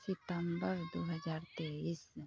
सितम्बर दू हजार तेइस